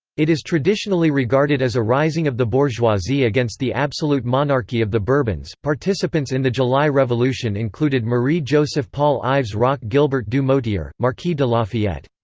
it is traditionally regarded as a rising of the bourgeoisie against the absolute monarchy of the bourbons. participants in the july revolution included marie joseph paul ives roch gilbert du motier, marquis de lafayette.